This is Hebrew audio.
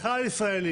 זה חל על ישראלים.